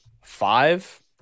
five